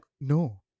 No